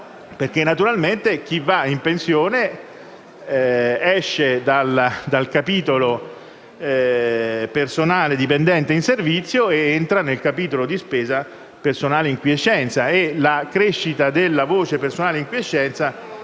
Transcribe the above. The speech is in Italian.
naturalmente chi va in pensione esce dal capitolo «Personale dipendente in servizio» ed entra nel capitolo di spesa «Personale in quiescenza»; e la crescita della voce «Personale in quiescenza»,